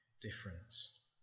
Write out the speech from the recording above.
difference